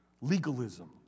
legalism